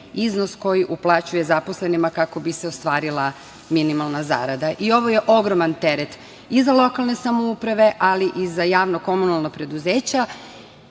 iznos koji uplaćuje zaposlenima kako bi se ostvarila minimalna zarada i ovo je ogroman teret i za lokalne samouprave, ali i za javna komunalna preduzeća. Ja